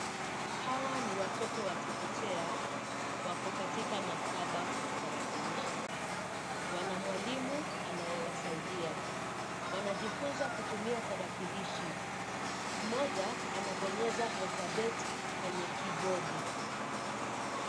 Hawa ni watoto wa chekechea, wako katika maktaba ya tarakilishi. Wana mwalimu anayewasaidia. Wanajifunza kutumia tarakilishi. Mmoja anabonyeza alfabeti kwenye kibodi.